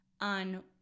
on